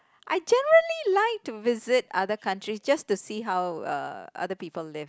I generally like to visit other countries just to see how uh other people live